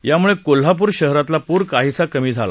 यामुळे कोल्हापूर शहरातला पूर काहीसा कमी झाला